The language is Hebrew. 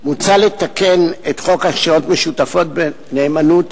מוצע לתקן את חוק השקעות משותפות בנאמנות,